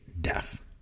death